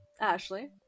Ashley